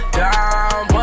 down